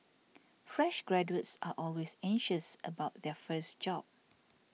fresh graduates are always anxious about their first job